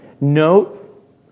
Note